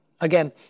Again